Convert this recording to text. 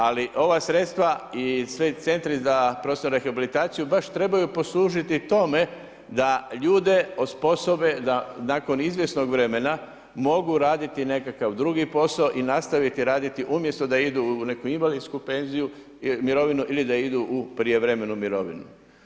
Ali ova sredstva i centri za profesionalnu rehabilitaciju baš trebaju poslužiti tome da ljude osposobe da nakon izvjesnog vremena mogu raditi nekakav drugi posao i nastaviti raditi umjesto da idu u neku invalidsku penziju, mirovinu ili da idu u prijevremenu mirovinu.